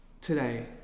today